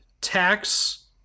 tax